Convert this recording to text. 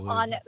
on